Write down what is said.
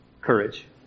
courage